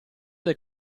del